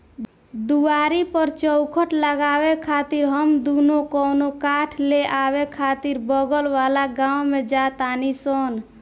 दुआरी पर चउखट लगावे खातिर हम दुनो कवनो काठ ले आवे खातिर बगल वाला गाँव में जा तानी सन